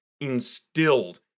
instilled